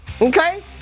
Okay